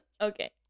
Okay